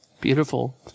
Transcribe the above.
Beautiful